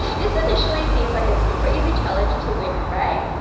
this initially seems like a super easy challenge to win, right,